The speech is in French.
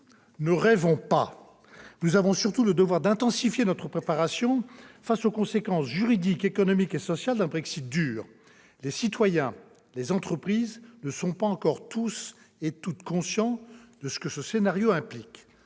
Ne rêvons pas ! Nous avons surtout le devoir d'intensifier notre préparation aux conséquences juridiques, économiques et sociales d'un Brexit « dur ». Les citoyens, les entreprises, ne sont pas encore tous et toutes conscients de ce que ce scénario implique.